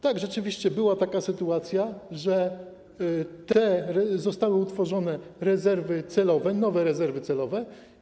Tak, rzeczywiście była taka sytuacja, że zostały utworzone rezerwy celowe, nowe rezerwy celowe.